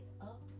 up